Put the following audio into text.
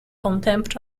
contempt